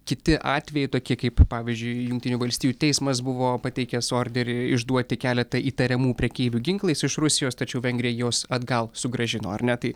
kiti atvejai tokie kaip pavyzdžiui jungtinių valstijų teismas buvo pateikęs orderį išduoti keletą įtariamų prekeivių ginklais iš rusijos tačiau vengrija juos atgal sugrąžino ar ne tai